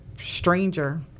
Stranger